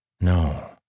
No